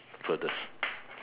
furthest